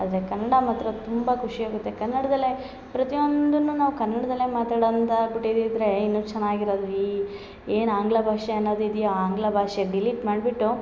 ಆದರೆ ಕನ್ನಡ ಮಾತ್ರ ತುಂಬ ಖುಷಿ ಆಗುತ್ತೆ ಕನಡದಲ್ಲೇ ಪ್ರತಿಯೊಂದನ್ನು ನಾವು ಕನಡದಲ್ಲೇ ಮಾತಡ ಅಂತ ಆಗ್ಬುಟ್ಟಿದಿದ್ದರೆ ಇನ್ನು ಚೆನ್ನಾಗಿರೋದು ಈ ಏನು ಆಂಗ್ಲ ಭಾಷೆ ಅನ್ನೋದು ಇದ್ಯಾ ಆಂಗ್ಲ ಭಾಷೆ ಡಿಲೀಟ್ ಮಾಡ್ಬಿಟ್ಟು